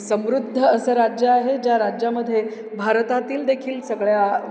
समृद्ध असं राज्य आहे ज्या राज्यामध्ये भारतातील देखील सगळ्या